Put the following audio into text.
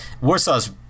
Warsaw's